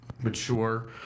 mature